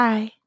Bye